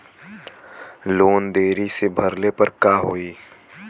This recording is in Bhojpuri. लोन देरी से भरले पर का होई?